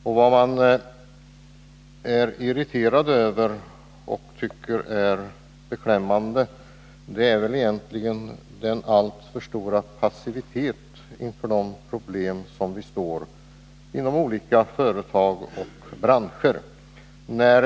Det jag är irriterad över och tycker är beklämmande är regeringens passivitet när det gäller de problem som olika företag och branscher står inför.